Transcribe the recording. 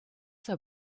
zur